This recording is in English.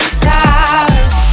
stars